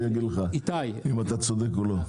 הוא יגיד לך אם אתה צודק או לא.